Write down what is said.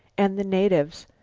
and the natives?